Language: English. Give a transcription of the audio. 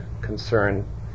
concern